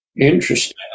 interesting